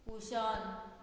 cushion